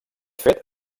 fet